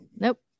Nope